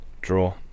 Draw